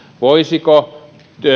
voisiko